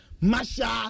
Masha